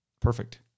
Perfect